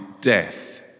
death